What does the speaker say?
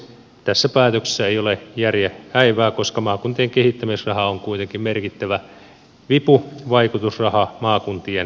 tässä päätöksessä ei ole järjen häivää koska maakuntien kehittämisraha on kuitenkin merkittävä vipuvaikutusraha maakuntien kehittämisessä